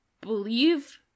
believe